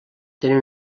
tenen